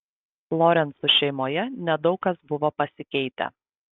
lorencų šeimoje nedaug kas buvo pasikeitę